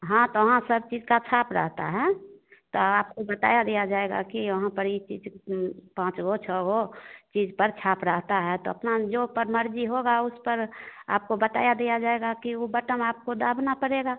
हाँ तो वहाँ सब चीज़ की छाप रहती है तो आपको बता दिया जाएगा कि वहाँ पर यह चीज़ पाँच गो छह गो चीज़ पर छाप रहती है तो अपना जो पर मर्ज़ी होगी उस पर आपको बता दिया जाएगा कि वह वोट आपको दाबना पड़ेगा